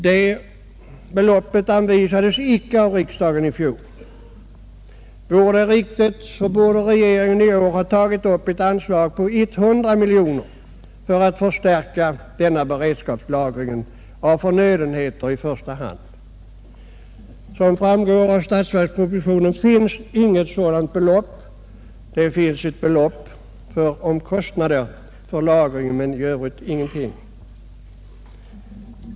Det beloppet anvisades inte av riksdagen i fjol. Vore det riktigt borde regeringen i år ha tagit upp ett anslag på 100 miljoner kronor för att förstärka beredskapslagringen av i första hand förnödenheter. Som framgår av statsverkspropositionen finns inget sådant belopp upptaget; det finns ett belopp för omkostnader för lagring men i övrigt ingenting.